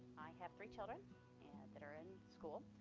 have three children that are in school,